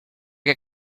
que